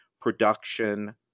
production